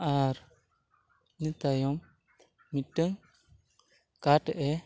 ᱟᱨ ᱤᱱᱟᱹ ᱛᱟᱭᱚᱢ ᱢᱤᱫᱴᱟᱝ ᱠᱟᱴ ᱮ